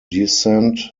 descent